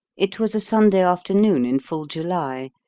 it was a sunday afternoon in full july,